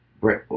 Right